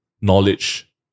knowledge